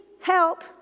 help